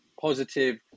positive